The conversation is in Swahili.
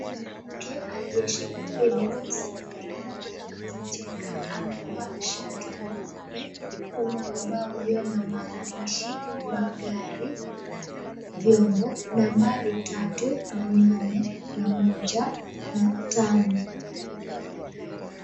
Mwanamke aliyeshika pedi za usafi huku akicheka amevaa shati nyeupe. Kuna ubao ulio na maandishi, magari, vyombo nambari tatu na nane na moja na tano.